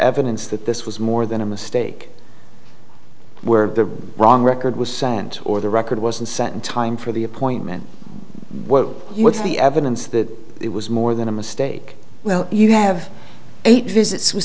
evidence that this was more than a mistake were the wrong record was signed or the record wasn't sent in time for the appointment with the evidence that it was more than a mistake well you have eight visits with